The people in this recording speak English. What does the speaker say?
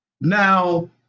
Now